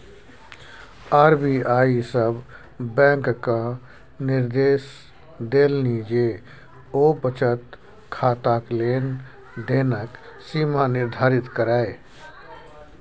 RBI सभ बैंककेँ निदेर्श देलनि जे ओ बचत खाताक लेन देनक सीमा निर्धारित करय